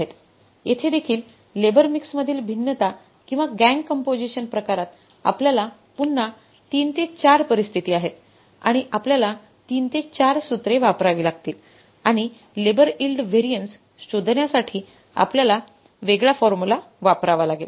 येथे देखील लेबर मिक्समधील भिन्नता किंवा गँग कंपोझीय प्रकारात आपल्याला पुन्हा ३ ते ४ परिस्थिती आहेत आणि आपल्याला३ ते ४ सूत्रे वापरावी लागतील आणि लेबर इल्ड व्हॅरियन्स शोधण्यासाठी आपल्याला वेगळा फॉर्म्युला वापरावा लागेल